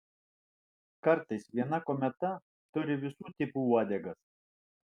kartais viena kometa turi visų tipų uodegas